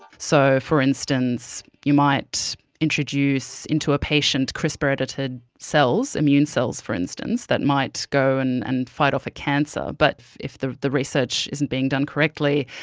so, for instance, you might introduce into a patient crispr edited cells, immune cells for instance, that might go and and fight off a cancer. but if the the research isn't being done correctly,